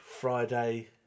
Friday